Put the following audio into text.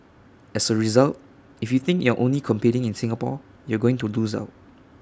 as A result if you think you're only competing in Singapore you're going to lose out